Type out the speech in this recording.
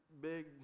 big